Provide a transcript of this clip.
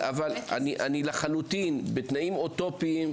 בתנאים אוטופיים,